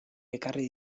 ekarri